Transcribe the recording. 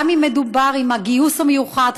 גם אם מדובר על הגיוס המיוחד,